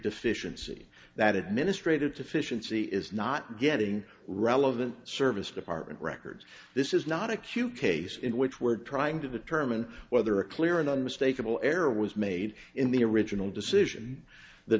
deficiency that administrative to fish and c is not getting relevant service department records this is not a q case in which we're trying to determine whether a clear and unmistakable error was made in the original decision the